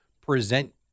present